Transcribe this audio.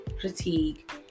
critique